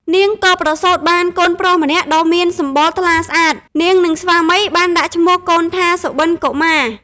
នាងក៏ប្រសូតបានកូនប្រុសម្នាក់ដ៏មានសម្បុរថ្លាស្អាត នាង និងស្វាមី បានដាក់ឈ្មោះកូនថា សុបិនកុមារ ។